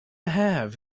have